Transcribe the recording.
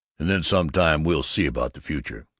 and then sometime we'll see about the future.